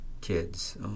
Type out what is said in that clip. kids